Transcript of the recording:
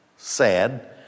Sad